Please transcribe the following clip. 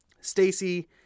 stacy